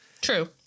True